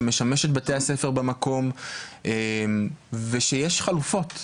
שמשמש את בתי הספר במקום ושיש חלופות.